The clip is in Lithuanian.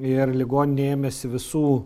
ir ligoninė ėmėsi visų